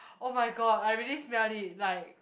oh-my-god I really smelt it like